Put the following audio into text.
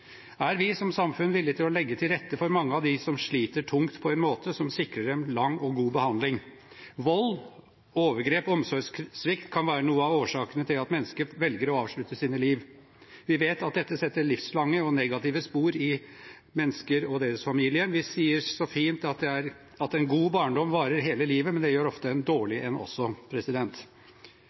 Er vi som samfunn villig til å legge til rette for mange av dem som sliter tungt, på en måte som sikrer dem lang og god behandling? Vold, overgrep og omsorgssvikt kan være noen av årsakene til at mennesker velger å avslutte sitt liv. Vi vet at dette setter livslange og negative spor i mennesker og deres familie. Vi sier så fint at en god barndom varer hele livet, men det gjør ofte også en dårlig